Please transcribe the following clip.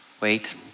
Wait